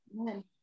Amen